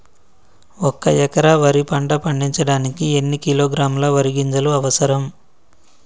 ఒక్క ఎకరా వరి పంట పండించడానికి ఎన్ని కిలోగ్రాముల వరి గింజలు అవసరం?